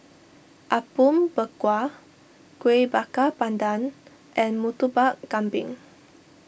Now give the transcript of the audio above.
Apom Berkuah Kueh Bakar Pandan and Murtabak Kambing